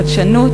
חדשנות,